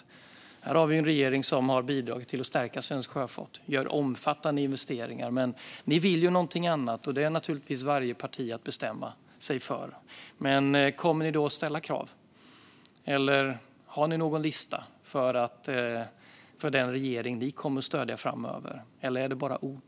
Vi är en regering som har bidragit till att stärka svensk sjöfart, och vi gör omfattande investeringar. Men ni vill något annat, och det är naturligtvis upp till varje parti att bestämma. Kommer ni att ställa krav? Har ni någon lista till den regering som ni kommer att stödja framöver, eller är det bara ord?